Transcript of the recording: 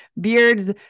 beards